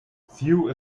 sue